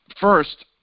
First